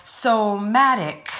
somatic